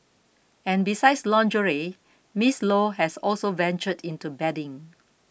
and besides lingerie Miss Low has also ventured into bedding